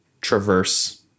traverse